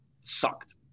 sucked